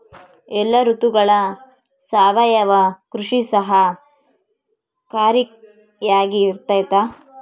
ಎಲ್ಲ ಋತುಗಳಗ ಸಾವಯವ ಕೃಷಿ ಸಹಕಾರಿಯಾಗಿರ್ತೈತಾ?